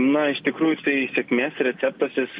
na iš tikrųjų tai sėkmės receptas jis